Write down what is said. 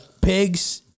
pigs